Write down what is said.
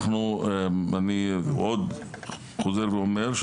אני חוזר ואומר,